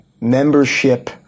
membership